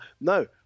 No